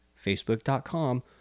facebook.com